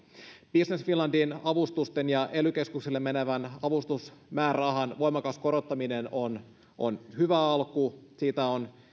business finlandin avustusten ja ely keskuksille menevän avustusmäärärahan voimakas korottaminen on on hyvä alku siitä on